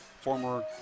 former